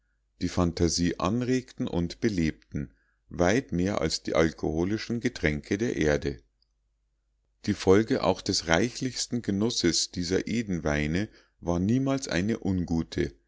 die phantasie anregten und belebten weit mehr als die alkoholischen getränke der erde die folge auch des reichlichsten genusses dieser edenweine war niemals eine ungute